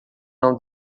não